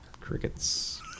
crickets